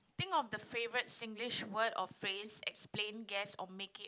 think of the favorite Singlish word or phrase explain guess or make it